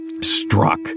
struck